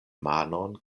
manon